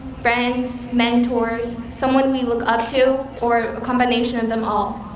friends, mentors, someone we look up to, or a combination of them all.